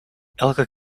elke